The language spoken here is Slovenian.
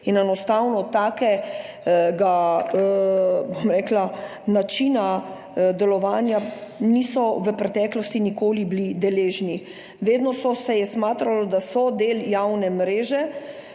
in enostavno takega, bom rekla, načina delovanja v preteklosti niso bili nikoli deležni. Vedno se je smatralo, da so del javne mreže,